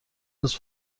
روز